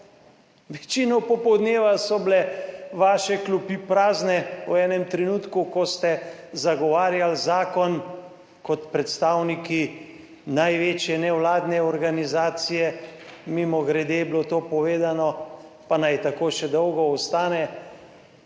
Večino popoldneva so bile vaše klopi prazne, v enem trenutku, ko ste zagovarjali zakon kot predstavniki največje nevladne organizacije, mimogrede je bilo to povedano pa naj tako še dolgo ostane,